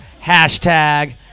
Hashtag